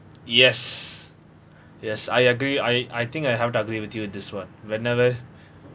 yes yes I agree I I think I have to agree with you this [one] whenever